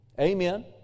Amen